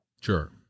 Sure